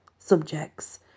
subjects